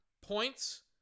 Points